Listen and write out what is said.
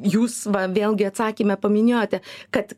jūs va vėlgi atsakyme paminėjote kad